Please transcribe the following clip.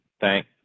Thank